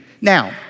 Now